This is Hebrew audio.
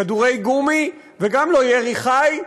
כדורי גומי, וגם לא ירי חי,